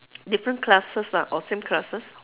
different classes lah or same classes